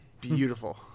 beautiful